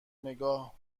نگاه